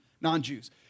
non-Jews